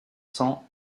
cents